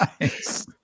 Nice